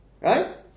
Right